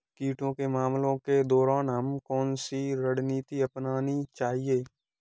कीटों के हमलों के दौरान हमें कौन सी रणनीति अपनानी चाहिए?